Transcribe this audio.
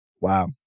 Wow